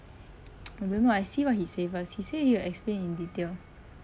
I don't know I see what he say first he say he will explain in detail